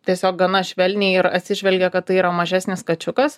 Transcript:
tiesiog gana švelniai ir atsižvelgia kad tai yra mažesnis kačiukas